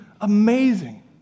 amazing